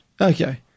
Okay